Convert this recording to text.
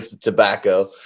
tobacco